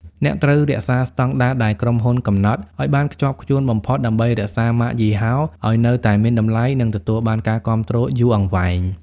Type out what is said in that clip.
អ្នកត្រូវ "រក្សាស្តង់ដារដែលក្រុមហ៊ុនកំណត់" ឱ្យបានខ្ជាប់ខ្ជួនបំផុត ដើម្បីរក្សាម៉ាកយីហោឱ្យនៅតែមានតម្លៃ និងទទួលបានការគាំទ្រយូរអង្វែង។